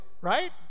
right